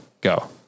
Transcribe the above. go